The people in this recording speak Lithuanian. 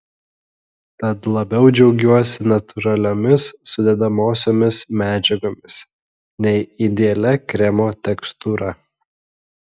tad labiau džiaugiuosi natūraliomis sudedamosiomis medžiagomis nei idealia kremo tekstūra